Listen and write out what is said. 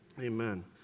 Amen